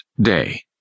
Day